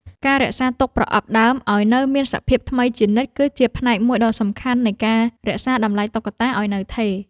ការរក្សាទុកប្រអប់ដើមឱ្យនៅមានសភាពថ្មីជានិច្ច គឺជាផ្នែកមួយដ៏សំខាន់នៃការរក្សាតម្លៃតុក្កតាឱ្យនៅថេរ។